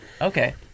Okay